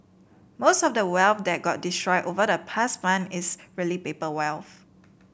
most of the wealth that got destroyed over the past month is really paper wealth